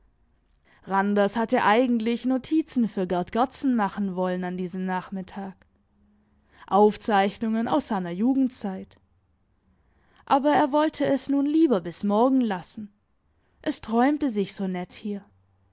randers hatte eigentlich notizen für gerd gerdsen machen wollen an diesem nachmittag aufzeichnungen aus seiner jugendzeit aber er wollte es nun lieber bis morgen lassen es träumte sich so nett hier